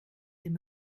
dem